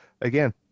again